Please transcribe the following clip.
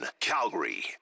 Calgary